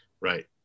right